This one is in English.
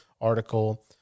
article